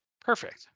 perfect